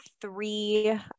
three